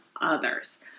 others